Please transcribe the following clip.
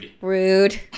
rude